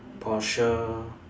Porsche